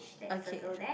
okay